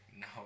No